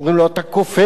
אתה אנטיכריסט,